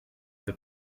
the